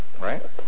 right